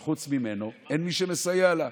אבל חוץ ממנו אין מי שמסייע לה.